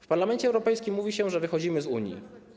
W Parlamencie Europejskim mówi się, że wychodzimy z Unii.